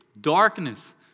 darkness